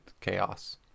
chaos